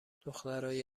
دخترای